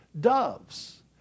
doves